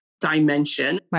dimension